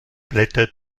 blätter